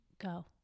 Go